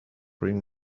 ring